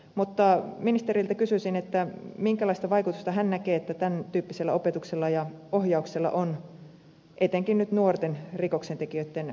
mutta ministeriltä kysyisin minkälaista vaikutusta hän näkee että tämän tyyppisellä opetuksella ja ohjauksella on etenkin nyt nuorten rikoksentekijöitten saamiseen kaidalle polulle